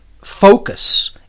focus